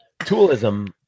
Toolism